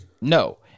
No